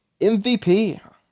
MVP